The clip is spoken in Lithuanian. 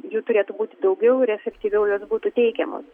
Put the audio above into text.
jų turėtų būti daugiau ir efektyviau jos būtų teikiamos